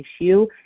issue